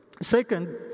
Second